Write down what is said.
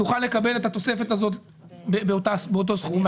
תוכל לקבל את התוספת הזאת באותו סכום.